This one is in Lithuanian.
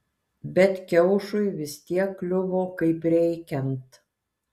bet kiaušui vis tiek kliuvo kaip reikiant